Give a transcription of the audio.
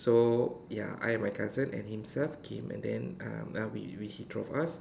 so ya I and my cousin and himself came and then um we we he drove us